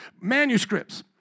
Manuscripts